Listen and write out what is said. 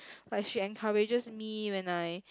but she encourages me when I